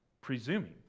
presuming